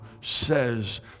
says